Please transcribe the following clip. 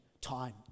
Time